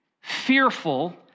fearful